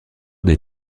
des